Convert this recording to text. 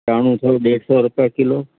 ॾाढ़ूं अथव ॾेढु सौ रुपए किलो